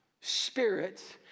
spirits